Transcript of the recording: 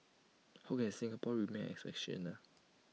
how can Singapore remain exceptional